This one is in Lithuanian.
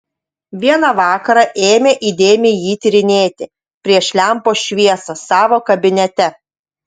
vieną vakarą ėmė įdėmiai jį tyrinėti prieš lempos šviesą savo kabinete